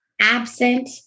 absent